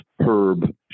Herb